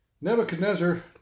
Nebuchadnezzar